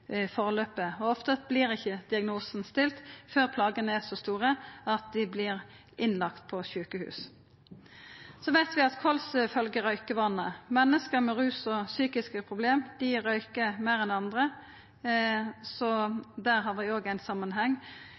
ikkje diagnosen stilt før plagene er så store at ein vert innlagd på sjukehus. Så veit vi at kols følgjer røykevanane. Menneske med rusproblem og psykiske problem røykjer meir enn andre – der er det òg ein samanheng.